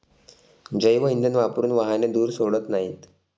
जैवइंधन वापरून वाहने धूर सोडत नाहीत